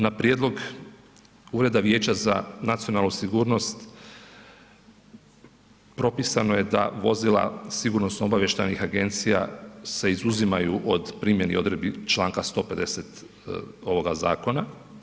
Na prijedlog Ureda vijeća za nacionalnu sigurnost propisano je da vozila Sigurnosno obavještajnih agencija se izuzimaju od primjeni odredbi Članka 150. ovoga zakona.